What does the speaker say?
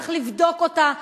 צריך לבדוק אותה,